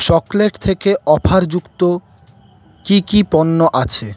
chocolate থেকে অফারযুক্ত কী কী পণ্য আছে